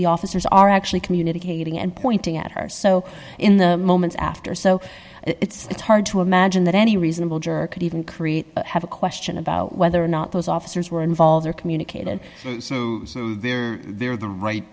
the officers are actually communicating and pointing at her so in the moments after so it's hard to imagine that any reasonable juror could even create have a question about whether or not those officers were involved or communicated their they're the right